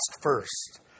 first